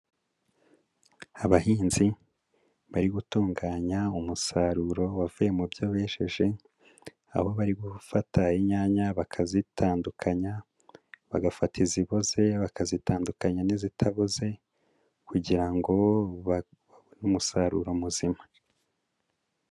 Abahinzi bari gutunganya umusaruro wavuye mu byo besheje, aho bari gufata inyanya bakazitandukanya, bagafata iziboze bakazitandukanya n'izitaboze kugira ngo babone umusaruro muzima.